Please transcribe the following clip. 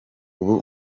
ubu